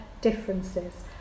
differences